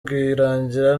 rwirangira